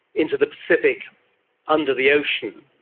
into the pacific under the ocean,